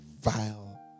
vile